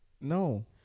No